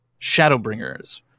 Shadowbringers